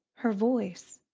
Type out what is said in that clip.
her voice,